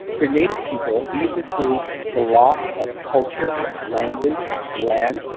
for native people, these include the loss of culture, language, land,